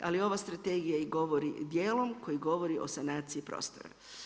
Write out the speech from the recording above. Ali ova strategija i govori dijelom koji govori o sanaciji prostora.